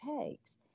takes